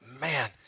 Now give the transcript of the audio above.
Man